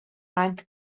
ninth